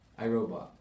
iRobot